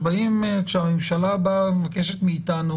כשהממשלה באה מבקשת מאיתנו